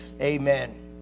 Amen